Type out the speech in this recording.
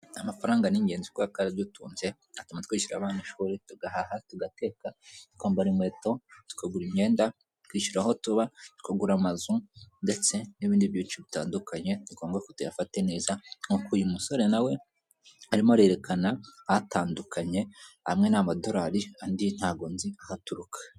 Amafaranga ni ingenzi kubera ko aradutunze, atuma twishyurira abana ishuri, tugahaha, tugateka, tukambara inkweto, tukagura imyenda, tukishyura aho tuba, tukagura amazu ndetse n'ibindi byinshi bitandukanye, ni ngombwa ko tuyafata neza nk'uko uyu musore na we arimo yerekana atandukanye, amwe n'amadolari, andi ntabwo nzi aho aturuka.